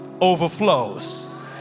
overflows